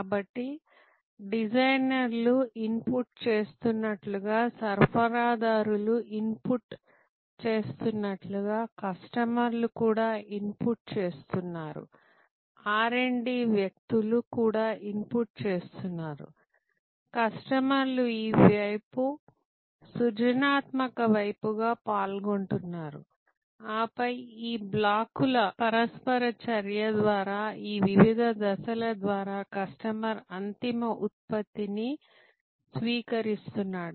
కాబట్టి డిజైనర్లు ఇన్పుట్ చేస్తున్నట్లుగా సరఫరాదారులు ఇన్పుట్ చేస్తున్నట్లుగా కస్టమర్లు కూడా ఇన్పుట్ చేస్తున్నారు ఆర్ డిR D వ్యక్తులు కూడా ఇన్పుట్ చేస్తున్నారు కస్టమర్లు ఈ వైపు సృజనాత్మక వైపుగా పాల్గొంటున్నారు ఆపై ఈ బ్లాకుల పరస్పర చర్య ద్వారా ఈ వివిధ దశల ద్వారా కస్టమర్ అంతిమ ఉత్పత్తిని స్వీకరిస్తున్నాడు